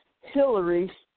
Hillary